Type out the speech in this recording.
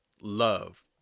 love